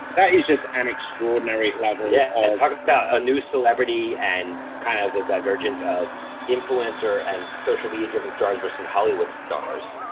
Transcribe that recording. that is just an extraordinary level of yeah, ah and talking about a new celebrity and kind of the divergence of influencer and social media-driven stars versus hollywood stars.